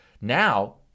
Now